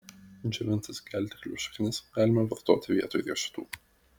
džiovintas gelteklių šaknis galima vartoti vietoj riešutų